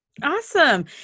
Awesome